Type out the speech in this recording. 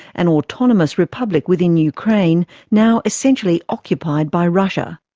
an autonomous republic within ukraine, now essentially occupied by russia.